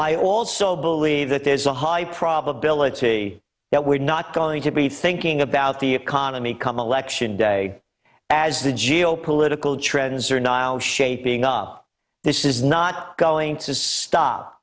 i also believe that there's a high probability that we're not going to be thinking about the economy come election day as the geo political trends are not shaping up this is not going to stop